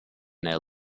their